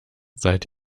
seid